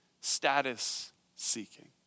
status-seeking